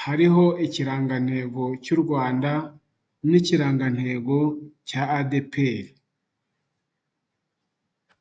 hariho ikirangantego cy'u Rwanda n'ikirangantego cya adeperi.